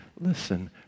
listen